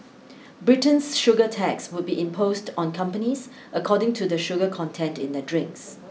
Britain's sugar tax would be imposed on companies according to the sugar content in their drinks